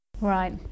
Right